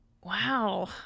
Wow